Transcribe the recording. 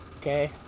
okay